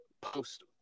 post